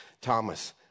Thomas